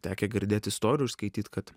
tekę girdėt istorijų ir skaityt kad